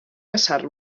caçar